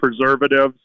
preservatives